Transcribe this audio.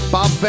Bob